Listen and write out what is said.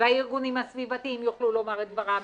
והארגונים הסביבתיים יוכלו לומר את דברם,